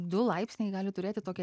du laipsniai gali turėti tokią